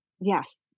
Yes